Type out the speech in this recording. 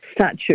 statue